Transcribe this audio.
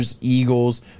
Eagles